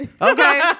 okay